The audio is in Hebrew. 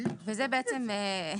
תיכף נראה,